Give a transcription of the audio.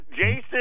Jason